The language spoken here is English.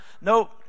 Nope